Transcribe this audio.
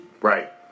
Right